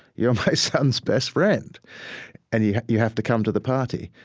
you're my son's best friend and you you have to come to the party.